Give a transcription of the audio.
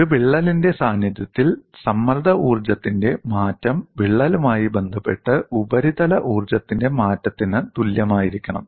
ഒരു വിള്ളലിന്റെ സാന്നിധ്യത്തിൽ സമ്മർദ്ദ ഊർജ്ജത്തിന്റെ മാറ്റം വിള്ളലുമായി ബന്ധപ്പെട്ട് ഉപരിതല ഊർജ്ജത്തിന്റെ മാറ്റത്തിന് തുല്യമായിരിക്കണം